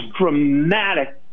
dramatic